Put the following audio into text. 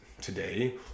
today